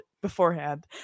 beforehand